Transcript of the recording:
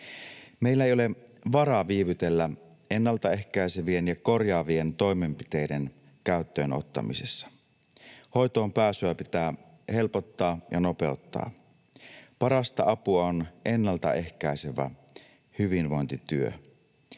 Meillä ei ole varaa viivytellä ennaltaehkäisevien ja korjaavien toimenpiteiden käyttöönottamisessa. Hoitoonpääsyä pitää helpottaa ja nopeuttaa. Parasta apua on ennaltaehkäisevä hyvinvointityö.